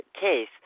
case